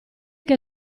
che